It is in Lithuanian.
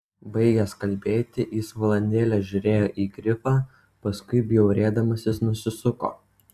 baigęs kalbėti jis valandėlę žiūrėjo į grifą paskui bjaurėdamasis nusisuko